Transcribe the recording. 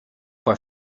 for